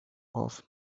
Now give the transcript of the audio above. off